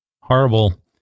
horrible